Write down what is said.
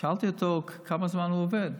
שאלתי אותו כמה זמן הוא עובד,